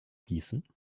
gießen